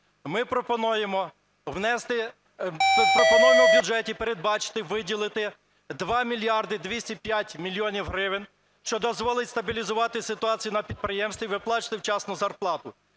Ми пропонуємо в бюджеті передбачити виділити 2 мільярди 205 мільйонів гривень, що дозволить стабілізувати ситуацію на підприємстві і виплачувати вчасно зарплату.